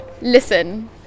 listen